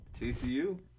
TCU